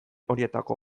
horietako